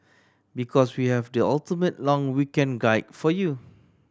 because we have the ultimate long weekend guide for you